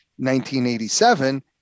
1987